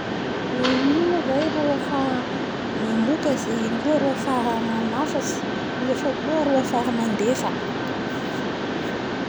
Eee igny moa zay ro afaha mamokatsy io koa ro afaha manafatsy, nefa koa afaha mandefa.